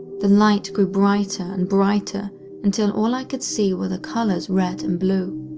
the light grew brighter and brighter until all i could see were the colors red and blue.